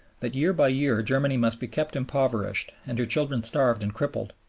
that year by year germany must be kept impoverished and her children starved and crippled,